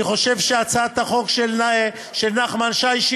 אני חושב שהצעת החוק של נחמן שי,